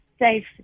safe